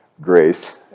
grace